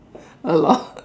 a lot